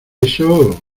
eso